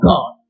God